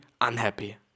unhappy